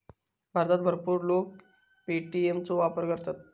भारतात भरपूर लोक पे.टी.एम चो वापर करतत